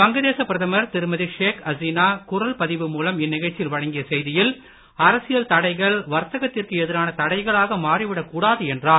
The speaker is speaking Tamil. வங்கதேச பிரதமர் திருமதி ஷேக் அசினா குரல் பதிவு மூலம் இந்நிகழ்ச்சியில் வழங்கிய செய்தியில் அரசியல் தடைகள் வர்த்தகத்திற்கு எதிரான தடைகளாக மாறிவிடக் கூடாது என்றார்